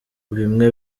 bimwe